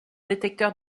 détecteur